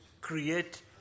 create